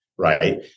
Right